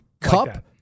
Cup